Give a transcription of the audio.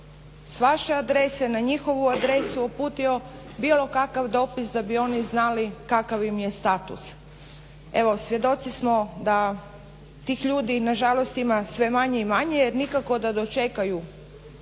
sa vaše adrese na njihovu adresu uputio bilo kakav dopis da bi oni znali kakav im je status. Evo svjedoci smo da tih ljudi na žalost ima sve manje i manje, jer nikako da dočekaju